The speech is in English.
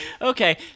Okay